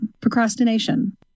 procrastination